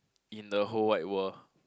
in the whole wide world